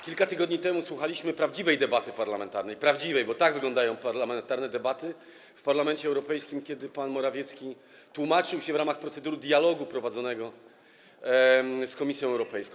Kilka tygodni temu słuchaliśmy prawdziwej debaty parlamentarnej, prawdziwej, bo tak wyglądają parlamentarne debaty w Parlamencie Europejskim, kiedy pan Morawiecki tłumaczył się w ramach procedury dialogu prowadzonego z Komisją Europejską.